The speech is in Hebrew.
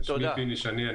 שמי פיני שני.